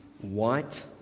White